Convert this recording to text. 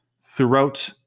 throughout